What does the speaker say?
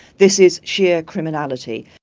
this is sheer criminality.